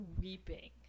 weeping